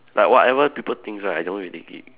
like whatever people thinks right I don't really gi~